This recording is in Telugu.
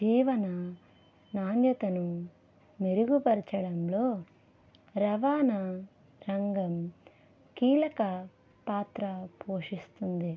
జీవన నాణ్యతను మెరుగుపరచడంలో రవాణా రంగం కీలక పాత్రా పోషిస్తుంది